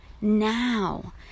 now